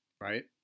Right